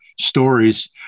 stories